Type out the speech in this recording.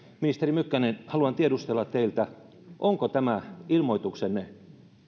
ministeri mykkänen haluan tiedustella teiltä onko tämä ilmoituksenne